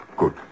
Good